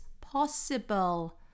possible